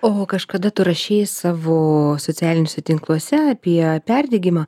oho kažkada tu rašei savo socialiniuose tinkluose apie perdegimą